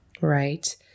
Right